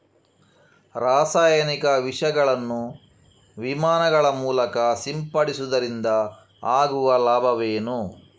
ರಾಸಾಯನಿಕ ವಿಷಗಳನ್ನು ವಿಮಾನಗಳ ಮೂಲಕ ಸಿಂಪಡಿಸುವುದರಿಂದ ಆಗುವ ಲಾಭವೇನು?